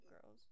Girls